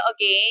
again